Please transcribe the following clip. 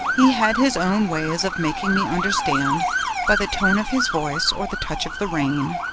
he had his own ways of making me understand by the tone of his voice or the touch of the rein.